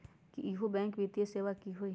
इहु बैंक वित्तीय सेवा की होई?